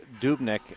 Dubnik